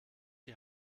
die